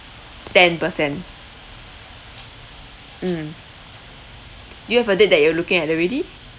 ten percent mm do you have a date that you're looking at already